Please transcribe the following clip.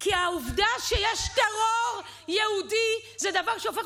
כי העובדה שיש טרור יהודי היא דבר שהופך